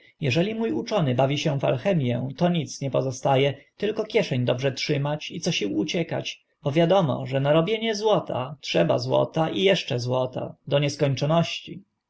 eżeli mó uczony bawi się w alchemię to nic nie pozosta e tylko kieszeń dobrze trzymać i co sił uciekać bo wiadomo że na robienie złota trzeba złota i eszcze złota do nieskończoności